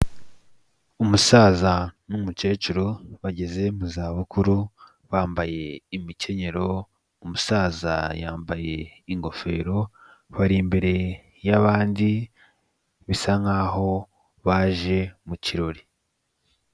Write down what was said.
Umusaza n'umukecuru bageze mu za bukuru bambaye imikenyero, umusaza yambaye ingofero bari imbere y'abandi bisa nkaho baje mu kirori.